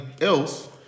else